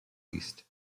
east